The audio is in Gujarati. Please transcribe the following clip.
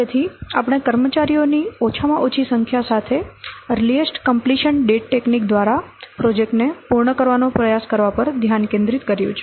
તેથી આપણે કર્મચારીઓની ઓછામાં ઓછી સંખ્યા સાથે અરલીએસ્ટ કંપ્લીશન ડેટ ટેકનીક દ્વારા પ્રોજેક્ટને પૂર્ણ કરવાનો પ્રયાસ કરવા પર ધ્યાન કેન્દ્રિત કર્યું છે